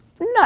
No